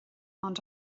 ond